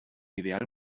ideal